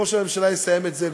איך ראש הממשלה יסיים את זה,